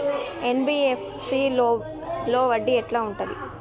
NBFC లో వడ్డీ ఎట్లా ఉంటది?